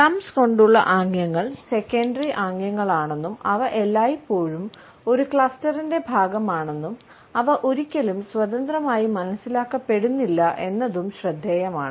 thumbs ആംഗ്യങ്ങളാണെന്നും അവ എല്ലായ്പ്പോഴും ഒരു ക്ലസ്റ്ററിന്റെ ഭാഗമാണെന്നും അവ ഒരിക്കലും സ്വതന്ത്രമായി മനസ്സിലാക്കപ്പെടുന്നില്ല എന്നതും ശ്രദ്ധേയമാണ്